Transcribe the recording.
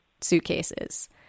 suitcases